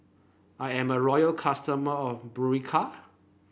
I am a loyal customer of Berocca